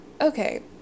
okay